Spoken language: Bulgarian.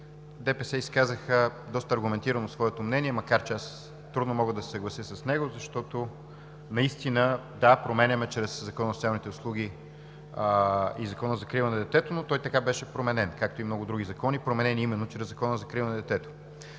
ДПС изказаха доста аргументирано своето мнение, макар че аз трудно мога да се съглася с него, защото наистина – да, променяме чрез Закона за социалните услуги и Закона за закрила на детето, но той така беше променен, както и много други закони, променени именно чрез Закона за закрила на детето.